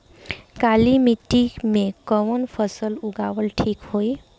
काली मिट्टी में कवन फसल उगावल ठीक होई?